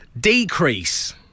decrease